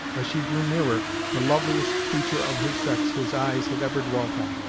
as she drew nearer, the loveliest creature of her sex his eyes had ever dwelt on.